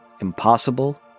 impossible